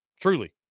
truly